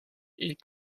ils